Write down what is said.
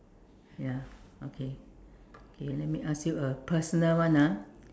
ya okay okay let me ask you a personal one ah